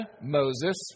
Moses